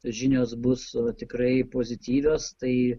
žinios bus tikrai pozityvios tai